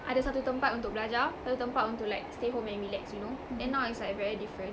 ada satu tempat untuk belajar satu tempat untuk like stay home and relax you know then now is like very different